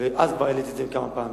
ואז כבר העליתי את זה כמה פעמים.